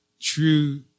true